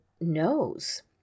knows